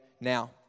Now